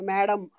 Madam